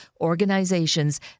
organizations